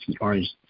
orange